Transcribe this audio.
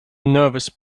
nervous